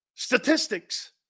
Statistics